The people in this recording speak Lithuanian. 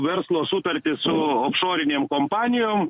verslo sutartį su išorinėm kompanijom